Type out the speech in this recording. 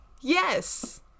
Yes